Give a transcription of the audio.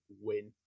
win